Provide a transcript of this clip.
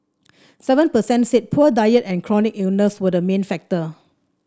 seven percent said poor diet and chronic illness were the main factors